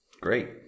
great